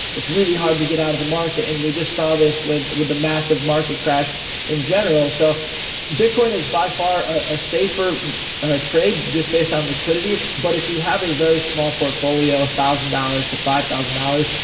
it's really hard to get out of the market. and we just saw this with with the massive market crash in general. so bitcoin is by far a safer trade just based on liquidity. but if you have a very small portfolio, one thousand dollars to five thousand dollars,